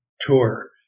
tour